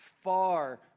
Far